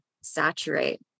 saturate